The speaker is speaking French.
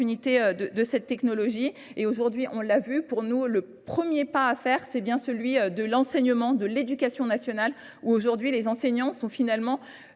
de cette technologie. Et aujourd'hui, on l'a vu, pour nous, premier pas à faire c'est bien celui de l'enseignement de l'éducation nationale où aujourd'hui les enseignants sont finalement